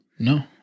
No